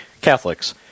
Catholics